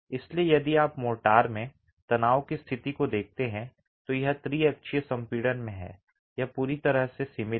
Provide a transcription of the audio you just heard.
इसलिए यदि आप मोर्टार में तनाव की स्थिति को देखते हैं तो यह त्रिअक्षीय संपीड़न में है यह पूरी तरह से सीमित है